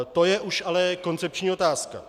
To je už ale koncepční otázka.